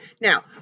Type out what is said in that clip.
Now